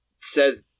says